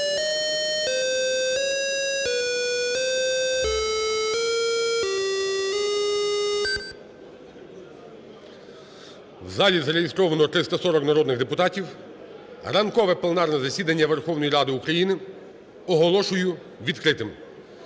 У залі зареєстровано 340 народних депутатів. Ранкове пленарне засідання Верховної Ради України оголошую відкритим.